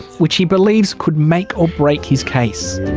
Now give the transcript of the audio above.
which he believes could make or break his case.